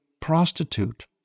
prostitute